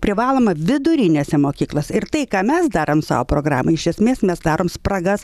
privaloma vidurinėse mokyklose ir tai ką mes darom savo programoj iš esmės mes darom spragas